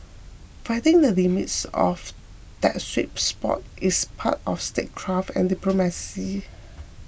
finding the limits of that sweet spot is part of statecraft and diplomacy